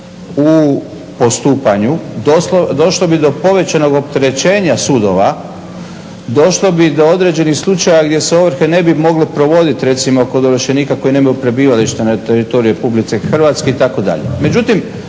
u postupanju, došlo bi do povećanog opterećenja sudova, došlo bi do određenih slučajeva gdje se ovrhe ne bi mogle provoditi recimo kod ovršenika koji nemaju prebivalište na teritoriju RH itd.